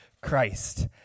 Christ